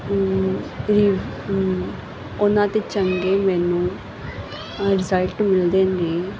ਉਹਨਾਂ 'ਤੇ ਚੰਗੇ ਮੈਨੂੰ ਰਿਜਲਟ ਮਿਲਦੇ ਨੇ